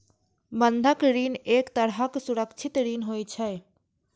बंधक ऋण एक तरहक सुरक्षित ऋण होइ छै